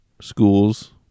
schools